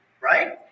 right